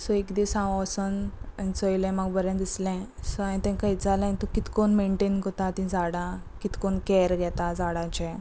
so एक दीस हांव वचून चयले म्हाका बरें दिसलें सो हांयेन तेंकां हें जालें आनी तूं कितको मेनटेन करता ती झाडां कितको कॅर घेता झाडांचे